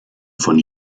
von